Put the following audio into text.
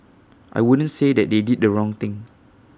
I wouldn't say that they did the wrong thing